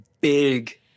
big